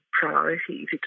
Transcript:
priorities